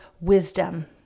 wisdom